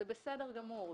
זה בסדר גמור.